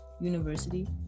university